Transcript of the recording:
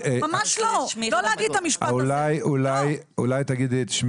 ממש לא, לא להגיד את המשפט הזה.